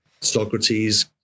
Socrates